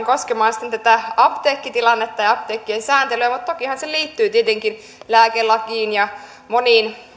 koskemaan enemmän apteekkitilannetta ja apteekkien sääntelyä mutta tokihan se liittyy tietenkin lääkelakiin ja moniin